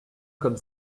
comme